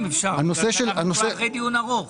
אנחנו אחרי דיון ארוך.